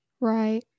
Right